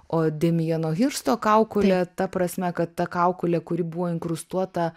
o demieno hirsto kaukolė ta prasme kad ta kaukolė kuri buvo inkrustuota